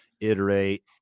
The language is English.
iterate